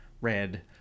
red